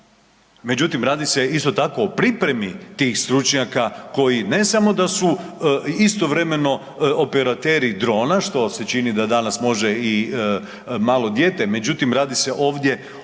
međutim radi se isto tako o pripremi tih stručnjaka koji ne samo da su istovremeno operateri drona što se čini da danas može malo dijete međutim radi se ovdje o tome